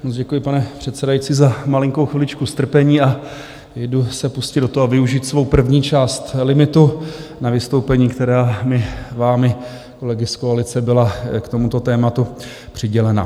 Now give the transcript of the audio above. Moc děkuji, pane předsedající, za malinkou chviličku strpení a jdu se pustit do toho a využít svou první část limitu na vystoupení, která mi vámi, kolegy z koalice, byla k tomuto tématu přidělena.